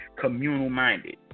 communal-minded